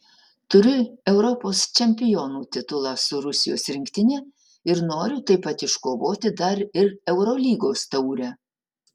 turiu europos čempionų titulą su rusijos rinktine ir noriu taip pat iškovoti dar ir eurolygos taurę